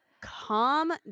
calm